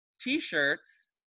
T-shirts